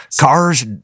cars